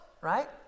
right